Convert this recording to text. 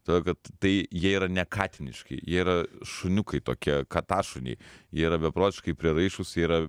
todėl kad tai jie yra ne katiniški jie yra šuniukai tokie katašuniai jie yra beprotiškai prieraišūs jie yra